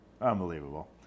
unbelievable